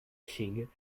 king